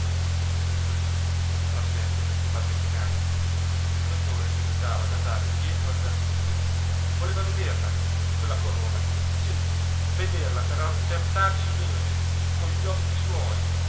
cosí tra sé farneticando il dottore seguitava ad andar dietro al giardiniere voleva vederla quella corona sí vederla per accertarsi bene con gli occhi suoi